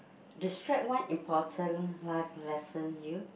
describe one important life lesson you